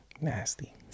Nasty